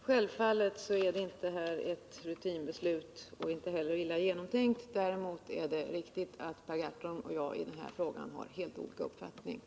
Herr talman! Självfallet är detta inte ett rutinbeslut och inte heller illa genomtänkt. Däremot är det riktigt att Per Gahrton och jag i denna fråga har helt olika uppfattningar.